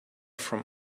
from